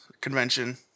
convention